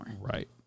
right